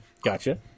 Gotcha